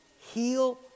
heal